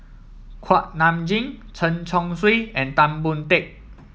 Kuak Nam Jin Chen Chong Swee and Tan Boon Teik